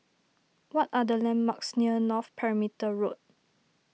what are the landmarks near North Perimeter Road